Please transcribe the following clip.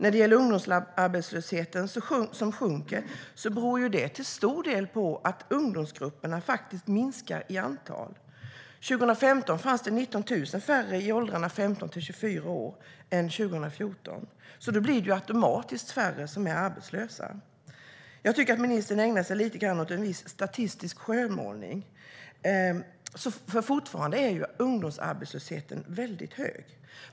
Att ungdomsarbetslösheten sjunker beror till stor del på att ungdomsgrupperna minskar i antal. År 2015 fanns det 19 000 färre i åldrarna 15-24 år än 2014. Då blir det automatiskt färre som är arbetslösa. Jag tycker att ministern ägnar sig lite grann åt en viss statistisk skönmålning. Fortfarande är ungdomsarbetslösheten väldigt hög.